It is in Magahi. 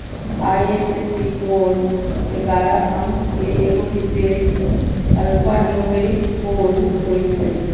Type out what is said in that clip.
आई.एफ.एस.सी कोड ऐगारह अंक के एगो विशेष अल्फान्यूमैरिक कोड होइत हइ